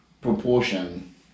proportion